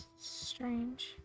strange